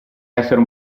essere